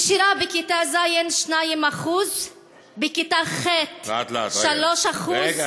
נשירה בכיתה ז' 2%; בכיתה ח' 3%. לאט-לאט, רגע.